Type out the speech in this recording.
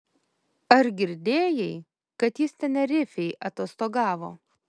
ar girdėjai kad jis tenerifėj atostogavo